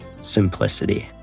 Simplicity